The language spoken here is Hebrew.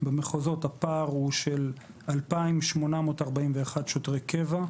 הפער הוא של 2,841 שוטרי קבע,